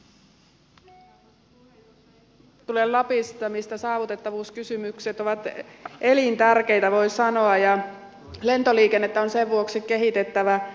itse tulen lapista missä saavutettavuuskysymykset ovat elintärkeitä voi sanoa ja lentoliikennettä on sen vuoksi kehitettävä